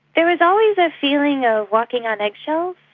there was always a feeling of walking on eggshells.